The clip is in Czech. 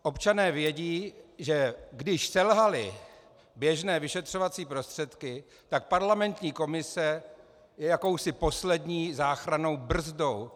Občané vědí, že když selhaly běžné vyšetřovací prostředky, tak parlamentní komise je jakousi poslední záchrannou brzdou.